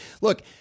Look